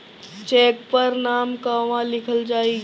Check पर नाम कहवा लिखल जाइ?